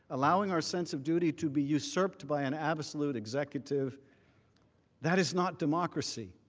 allowing our sense of duty to be usurped by an absolute executive that is not democracy,